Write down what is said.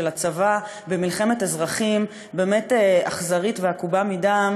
הצבא במלחמת אזרחים אכזרית ועקובה מדם